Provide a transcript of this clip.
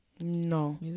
no